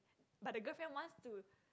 but the girlfriend wants to